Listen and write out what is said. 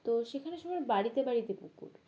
তো সেখানে সবার বাড়িতে বাড়িতে পুকুর